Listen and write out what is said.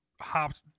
hopped